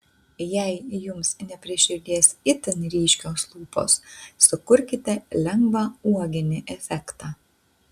jei jums ne prie širdies itin ryškios lūpos sukurkite lengvą uoginį efektą